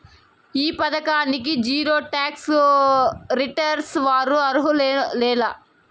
ఈ పథకానికి zero tax returns వారు అర్హులేనా లేనా?